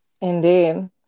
indeed